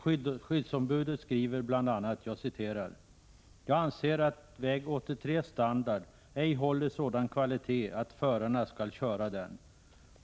Skyddsombudet skriver bl.a.: ”Jag anser att väg 83:s standard ej håller sådan kvalité att förarna skall köra den.